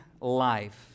life